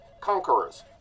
conquerors